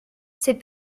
said